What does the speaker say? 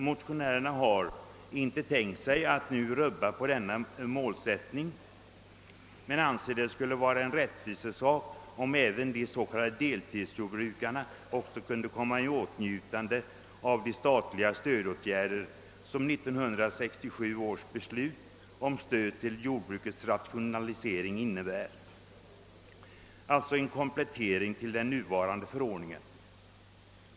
Motionärerna har inte tänkt sig att nu rubba denna målsättning, men anser att det skulle vara en rättvisesak om även de s.k. deltidsjordbrukarna kunde komma i åtnjutande av de statliga stödåtgärder som 1967 års beslut om stöd till jordbrukets rationalisering innebär, alltså en komplettering till den nuvarande förordningen.